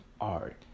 art